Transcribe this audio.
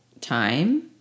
time